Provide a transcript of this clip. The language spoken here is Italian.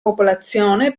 popolazione